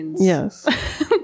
Yes